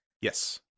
Yes